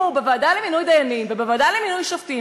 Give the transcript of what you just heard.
בוועדה למינוי דיינים ובוועדה לבחירת שופטים,